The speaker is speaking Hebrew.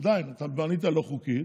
בנית לא חוקית